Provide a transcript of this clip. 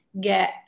get